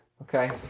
Okay